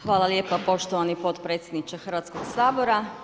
Hvala lijepo poštovani potpredsjedniče Hrvatskog sabora.